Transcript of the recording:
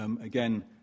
again